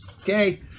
Okay